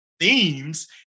Themes